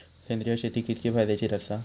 सेंद्रिय शेती कितकी फायदेशीर आसा?